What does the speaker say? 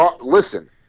listen